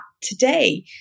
today